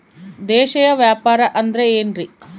ದೇಶೇಯ ವ್ಯಾಪಾರ ಅಂದ್ರೆ ಏನ್ರಿ?